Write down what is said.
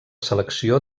selecció